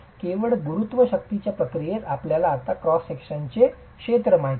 केवळ गुरुत्व शक्तींच्या क्रियेत आपल्याला आता क्रॉस सेक्शनचे क्षेत्र माहित आहे